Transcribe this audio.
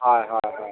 হয় হয় হয়